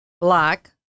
black